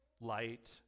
light